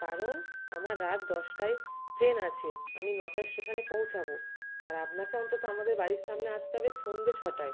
কারণ আমার রাত দশটায় ট্রেন আছে আমি নটায় স্টেশানে পৌঁছাবো আর আপনাকে অন্তত আমাদের বাড়ির সামনে আসতে হবে সন্ধে ছটায়